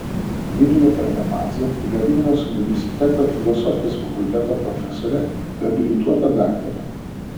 vilija targamadzė yra vilniaus universiteto filosofijos fakulteto profesorė habilituota daktarė